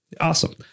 Awesome